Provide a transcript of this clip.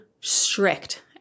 strict